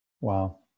Wow